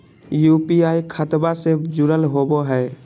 UPI खतबा से जुरल होवे हय?